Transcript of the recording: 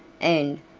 and,